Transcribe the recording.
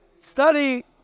Study